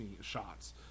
shots